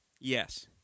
Yes